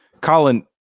Colin